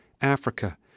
Africa